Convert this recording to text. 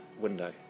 window